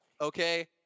Okay